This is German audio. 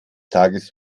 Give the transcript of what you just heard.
tages